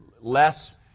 less